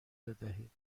بدهید